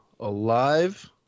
Alive